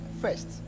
first